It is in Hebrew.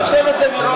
אני חושב על זה מראש.